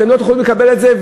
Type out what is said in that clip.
אתם לא תוכלו לקבל את זה.